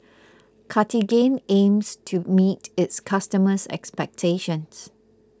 Cartigain aims to meet its customers' expectations